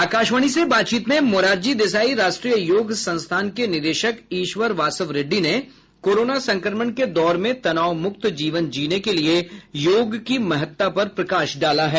आकाशवाणी से बातचीत में मोरारजी देसाई राष्ट्रीय योग संस्थान के निदेशक ईश्वर बासव रेड्डी ने कोरोना संक्रमण के दौर में तनाव मुक्त जीवन जीने के लिए योग की महत्ता पर प्रकाश डाला है